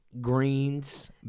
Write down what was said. greens